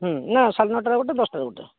ହୁଁ ନା ସାଢ଼େ ନଅଟାରେ ଗୋଟେ ଦଶଟାରେ ଗୋଟେ